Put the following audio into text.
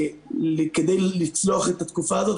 כדי לצלוח את התקופה הזאת.